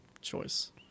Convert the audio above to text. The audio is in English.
choice